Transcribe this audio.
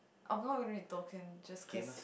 I'm not gona read token just cause